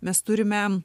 mes turime